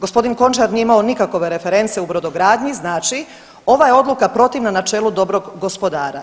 Gospodin Končan nije imao nikakove reference u brodogradnji, znači, ova je odluka protivna načelu dobrog gospodara.